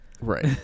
Right